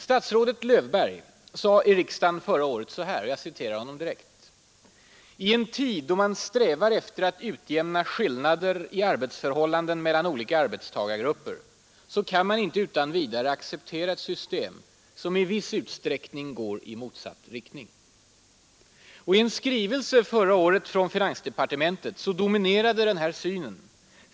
Statsrådet Löfberg sade i riksdagen förra året: ”——— I en tid då man strävar efter att utjämna skillnader i arbetsförhållandena mellan olika arbetstagargrupper kan man inte utan vidare acceptera ett system som i viss utsträckning går i motsatt riktning.” I en skrivelse förra året från finansdepartementet dominerade den synen.